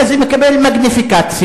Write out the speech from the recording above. ואז זה מקבל מגניפיקציה.